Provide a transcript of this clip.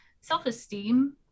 self-esteem